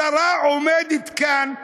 השרה עומדת כאן,